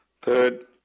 Third